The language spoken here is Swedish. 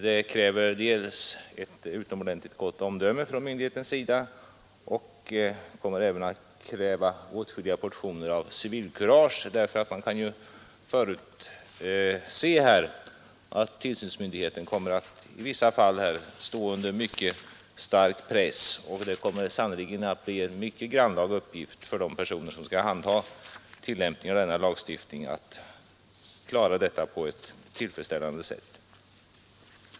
Det kräver dels ett utomordentligt gott omdöme från myndighetens sida, dels åtskilliga portioner av civilkurage; man kan förutse att tillsynsmyndigheten i vissa fall kommer att stå under mycket stark press, och det kommer sannerligen att bli en mycket grannlaga uppgift för dem som skall handha tillämpningen av lagstiftningen att göra det på ett tillfredsställande sätt.